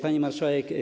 Pani Marszałek!